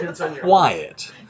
quiet